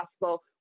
possible